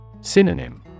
Synonym